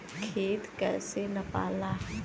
खेत कैसे नपाला?